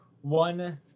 one